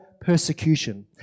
persecution